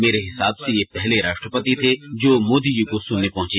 मेरे हिसाब से ये पहले राष्ट्रपति थे जो मोदी जी को सुनने पहुंचे